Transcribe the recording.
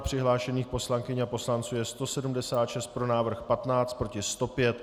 Přihlášených poslankyň a poslanců je 176, pro návrh 15, proti 105.